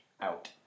Out